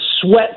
sweat